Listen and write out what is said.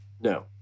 No